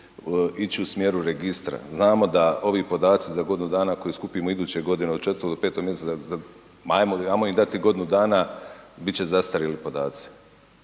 ići u smjeru registra? Znamo da ovi podaci za godinu dana koje skupimo iduće godine od 4. do 5. mj., ajmo im dati godinu dana, bit će zastarjeli podaci.